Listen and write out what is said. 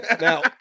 Now